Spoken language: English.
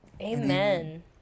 Amen